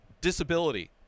disability